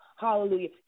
Hallelujah